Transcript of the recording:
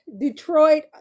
Detroit